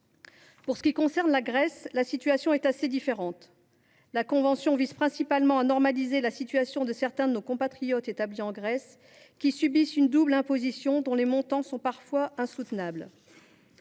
Pour ce qui concerne la Grèce, la situation est assez différente. La convention vise principalement à normaliser la situation de certains de nos compatriotes établis en Grèce, qui subissent une double imposition atteignant parfois des montants